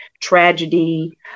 tragedy